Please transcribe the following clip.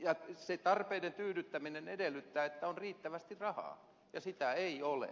se tarpeiden tyydyttäminen edellyttää että on riittävästi rahaa ja sitä ei ole